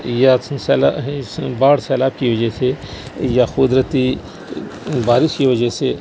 یا باڑھ سیلاب کی وجہ سے یا قدرتی بارش کی وجہ سے